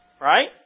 Right